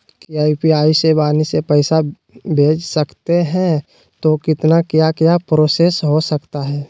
क्या यू.पी.आई से वाणी से पैसा भेज सकते हैं तो कितना क्या क्या प्रोसेस हो सकता है?